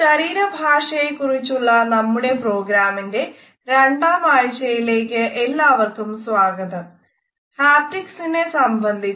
ശരീരഭാഷയെകുറിച്ചുള്ള നമ്മുടെ പ്രോഗ്രാമിന്റെ രണ്ടാം ആഴ്ചയിലേക്ക് എല്ലാവരെയും സ്വാഗതം ചെയുന്നു